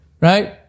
right